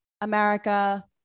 America